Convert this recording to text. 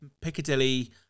Piccadilly